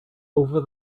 over